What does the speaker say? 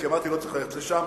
כי אמרתי: לא צריך ללכת לשם,